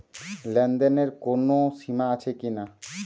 লেনদেনের কোনো সীমা আছে কি?